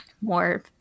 more